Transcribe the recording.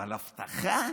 אבל אבטחה?